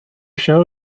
show